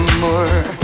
more